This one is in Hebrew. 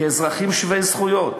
כאזרחים שווי זכויות,